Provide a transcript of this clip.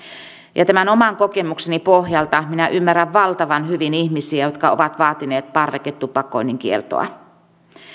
ja tämän oman kokemukseni pohjalta minä ymmärrän valtavan hyvin ihmisiä jotka ovat vaatineet parveketupakoinnin kieltoa